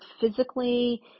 physically